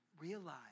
realize